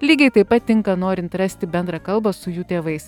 lygiai taip pat tinka norint rasti bendrą kalbą su jų tėvais